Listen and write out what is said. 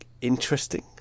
interesting